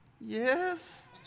yes